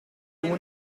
como